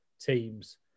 teams